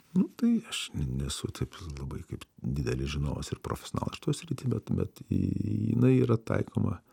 nu tai aš nesu taip labai kaip didelis žinovas ir profesionalas šitoj srity bet bet ji jinai yra taikoma